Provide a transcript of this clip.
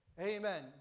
Amen